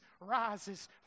rises